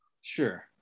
Sure